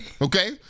okay